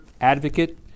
advocate